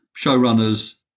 showrunners